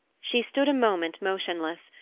she stood a moment motionless,